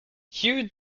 hugh